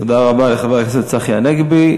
תודה רבה לחבר הכנסת צחי הנגבי.